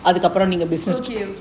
okay okay